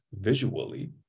visually